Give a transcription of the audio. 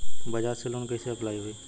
बजाज से लोन कईसे अप्लाई होई?